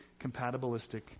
compatibilistic